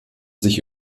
sich